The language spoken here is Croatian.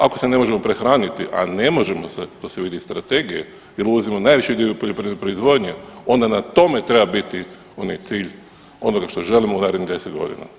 Ako se ne možemo prehraniti, a ne možemo se to se vidi iz strategije jer uvozimo najviše dio poljoprivredne proizvodnje onda na tome treba biti onaj cilj onoga što želimo u narednih 10 godina.